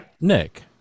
Nick